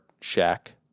shack